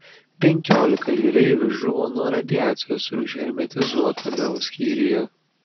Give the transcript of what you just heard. penkiolika jūreivių žuvo nuo radiacijos užhermetizuotame skyriuje